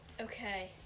Okay